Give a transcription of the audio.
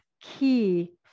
key